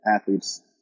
athletes